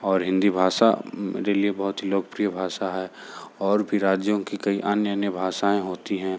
और हिंदी भाषा मेरे लिए बहुत ही लोकप्रिय भाषा है और भी राज्यों की कई अन्य अन्य भाषाएँ होती हैं